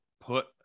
put